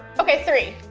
okay, three.